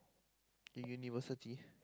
you university